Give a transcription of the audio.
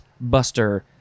buster